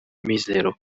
mizero